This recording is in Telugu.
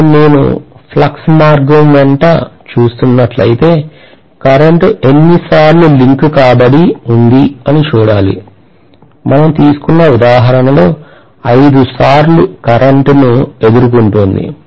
ఇప్పుడు నేను ఫ్లక్స్ మార్గం వెంట చూస్తున్నట్లు ఐతే కరెంట్ ఎన్నిసార్లు లింక్ కాబడి ఉంది అని చూడాలి మనం తీసుకున్న ఉదాహరణలో 5 సార్లు కరెంట్ను ఎదుర్కొంటోంది